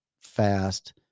fast